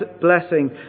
blessing